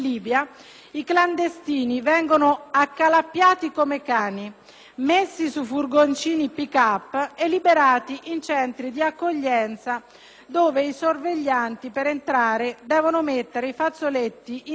messi su furgoncini *pick‑up* e liberati in centri di accoglienza dove i sorveglianti per entrare dovevano mettere i fazzoletti sulla bocca per gli odori nauseabondi.